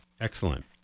Excellent